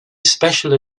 special